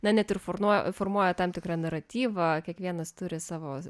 net informuoja formuoja tam tikrą naratyvą kiekvienas turi savo